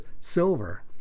silver